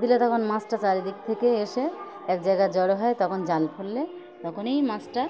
দিলে তখন মাছটা চারিদিক থেকে এসে এক জায়গায় জড়ো হয় তখন জাল ফেললে তখনই মাছটা